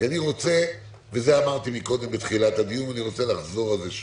זה אמרתי בתחילת הדיון, אני רוצה לחזור על זה שוב.